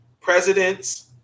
Presidents